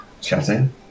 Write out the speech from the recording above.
Chatting